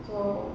so